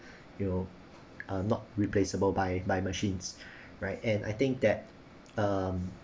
you know uh not replaceable by by machines right and I think that um